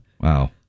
Wow